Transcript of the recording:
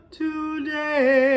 today